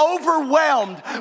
overwhelmed